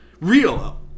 real